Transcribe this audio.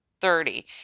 thirty